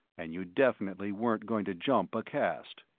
and you definitely weren't going to jump a caste.